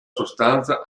sostanza